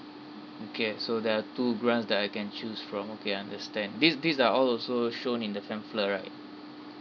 okay so there are two grants that I can choose from okay understand these these are all also shown in the pamphlet right